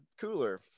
cooler